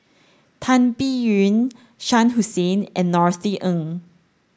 Tan Biyun Shah Hussain and Norothy Ng